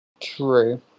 True